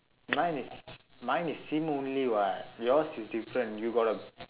mine is mine is sim only [what] yours is different you got a